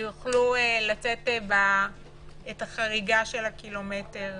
שיוכלו לצאת את החריגה של הקילומטר,